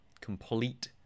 complete